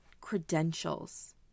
credentials